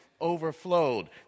overflowed